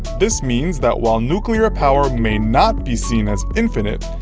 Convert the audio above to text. this means that while nuclear power may not be seen as infinite,